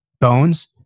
Bones